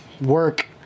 work